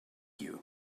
you